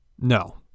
No